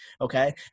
okay